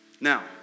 Now